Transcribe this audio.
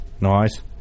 nice